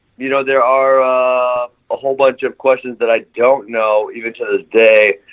you know there are a whole bunch of questions that i don't know even to this day.